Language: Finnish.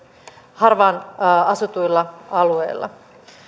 harvaan asutuilla alueilla